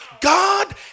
God